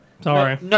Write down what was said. Sorry